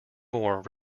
more